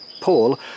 Paul